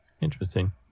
Interesting